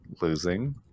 losing